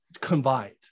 combined